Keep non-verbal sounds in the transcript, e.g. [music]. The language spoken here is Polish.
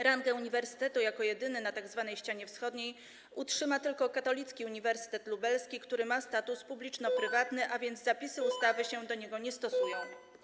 Rangę uniwersytetu jako jedyny na tzw. ścianie wschodniej utrzyma Katolicki Uniwersytet Lubelski, który ma status publiczno-prywatny, [noise] a więc zapisy ustawy się do niego nie stosują.